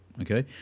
Okay